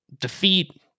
defeat